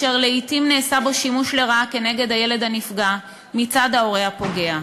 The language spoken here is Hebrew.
אשר לעתים נעשה בו שימוש לרעה כנגד הילד הנפגע מצד ההורה הפוגע.